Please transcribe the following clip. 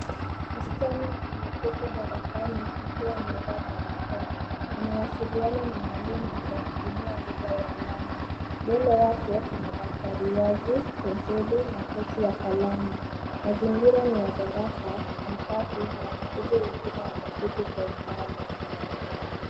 Msichana amekati darasani akiwa amevaa barakoa. Anawasiliana na mwalimu kwa kutumia lugha ya alama. Mbele yake kuna daftari wazi, penseli na pochi ya kalamu. Mazingira ni ya darasa, ni safi na wanafunzi wengine wameketi kwa umbali.